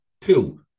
Two